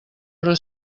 hora